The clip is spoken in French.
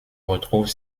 retrouve